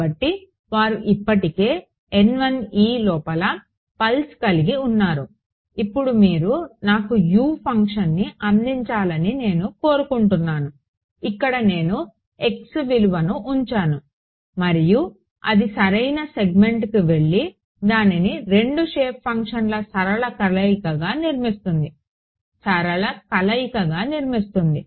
కాబట్టి వారు ఇప్పటికే లోపల పల్స్ కలిగి ఉన్నారు ఇప్పుడు మీరు నాకు U ఫంక్షన్ని అందించాలని నేను కోరుకుంటున్నాను ఇక్కడ నేను x విలువను ఉంచాను మరియు అది సరైన సెగ్మెంట్కి వెళ్లి దానిని 2 షేప్ ఫంక్షన్ల సరళ కలయికగా నిర్మిస్తుంది